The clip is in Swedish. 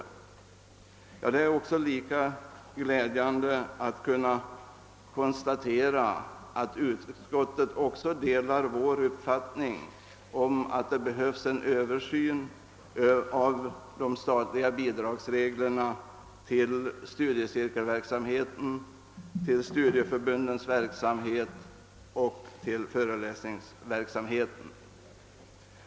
Det är också lika glädjande att kunna konstatera att utskottet också delar vår uppfattning om att det behövs en översyn av de statliga bidragsreglerna till studiecirkelverksamheten, till studieförbundens verksamhet och till föreläsningsverksamheten.